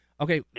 Okay